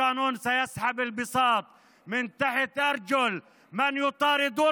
החוק הזה מושך את השטיח תחת רגליהם של מי שרודפים